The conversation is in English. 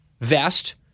vest